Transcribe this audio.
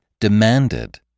demanded